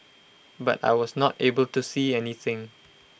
but I was not able to see anything